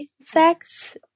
sex